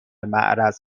معرض